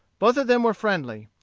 both of them were friendly.